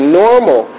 normal